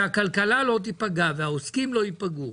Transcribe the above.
שהכלכלה לא תיפגע והעוסקים לא ייפגעו